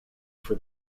for